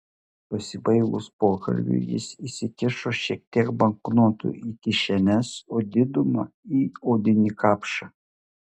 pasibaigus pokalbiui jis įsikišo šiek tiek banknotų į kišenes o didumą į odinį kapšą